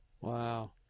Wow